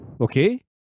Okay